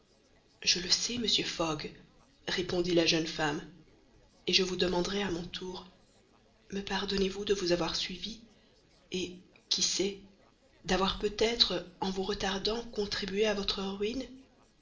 je le sais monsieur fogg répondit la jeune femme et je vous demanderai à mon tour me pardonnerez-vous de vous avoir suivi et qui sait d'avoir peut-être en vous retardant contribué à votre